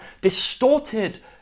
distorted